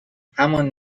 همان